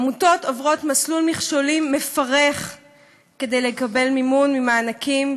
עמותות עוברות מסלול מכשולים מפרך כדי לקבל מימון ומענקים,